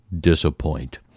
disappoint